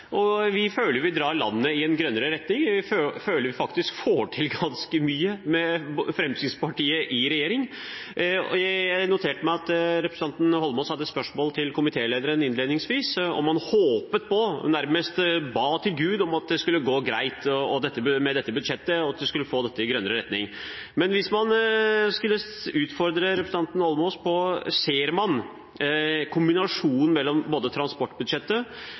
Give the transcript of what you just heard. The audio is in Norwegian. Vi føler at vi drar landet i en grønnere retning, og vi føler at vi faktisk får til ganske mye med Fremskrittspartiet i regjering. Jeg noterte meg at representanten Holmås innledningsvis hadde spørsmål til komitélederen om at han håpet på, og nærmest ba til Gud om, at det skulle gå greit med dette budsjettet, og at man skulle få det i grønnere retning. Hvis jeg skulle utfordre representanten Holmås: Ser han at i kombinasjonen av transportbudsjettet, både